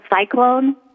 Cyclone